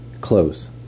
Close